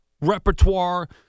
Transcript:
repertoire